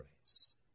grace